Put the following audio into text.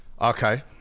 Okay